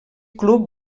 club